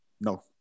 No